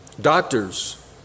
Doctors